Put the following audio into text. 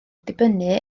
dibynnu